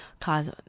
cause